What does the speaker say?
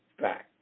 fact